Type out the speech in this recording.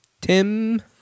Tim